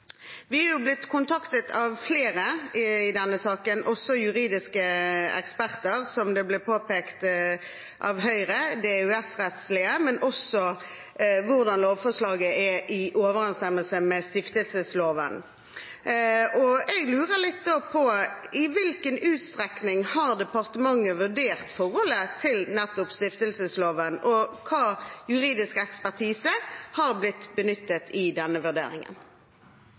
Vi er blitt kontaktet av flere i denne saken, også juridiske eksperter, som det ble påpekt av Høyre, om det EØS-rettslige, men også om hvordan lovforslaget er i overensstemmelse med stiftelsesloven. Da lurer jeg litt på: I hvilken utstrekning har departementet vurdert forholdet til nettopp stiftelsesloven, og hvilken juridisk ekspertise har blitt benyttet i denne vurderingen?